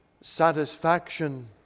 satisfaction